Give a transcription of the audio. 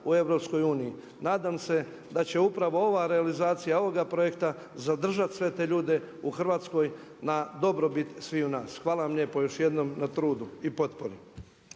u EU. Nadam se, da će upravo ova realizacija, ovoga projekta zadržat sve te ljude u Hrvatskoj na dobrobit sviju nas. Hvala vam lijepo još jednom na trudu i potpori.